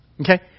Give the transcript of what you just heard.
Okay